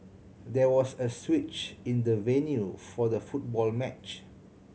there was a switch in the venue for the football match